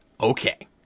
Okay